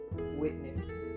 witness